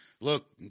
look